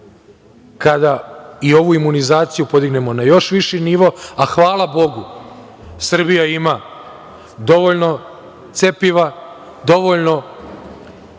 kada i ovu imunizaciju podignemo na još viši nivo, a hvala Bogu Srbija ima dovoljno cepiva, dovoljno